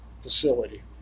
facility